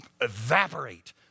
evaporate